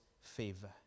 favor